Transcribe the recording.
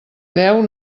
deu